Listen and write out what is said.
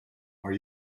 are